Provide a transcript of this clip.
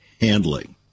handling